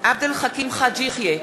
עבד אל חכים חאג' יחיא,